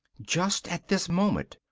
just at this moment,